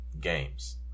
games